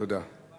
תודה.